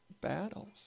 battles